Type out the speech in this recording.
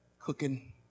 cooking